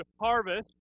harvest